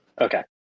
Okay